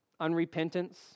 unrepentance